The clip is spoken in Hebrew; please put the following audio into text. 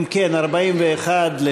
סעיף תקציבי 41,